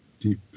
deep